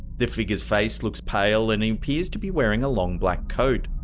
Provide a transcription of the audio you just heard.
the figure's face looks pale, and he appears to be wearing a long, black coat.